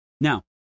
Now